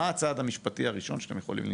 מה הצעד המשפטי הראשון שאתם יכולים לנקוט?